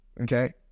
Okay